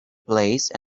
place